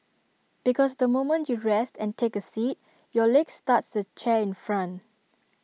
because the moment you rest and take A seat your legs touch the chair in front